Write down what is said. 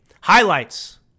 Highlights